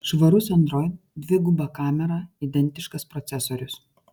švarus android dviguba kamera identiškas procesorius